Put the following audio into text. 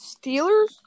Steelers